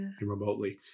remotely